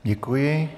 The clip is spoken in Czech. Děkuji.